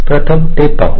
प्रथम ते पाहू